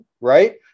right